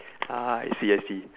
ah I see I see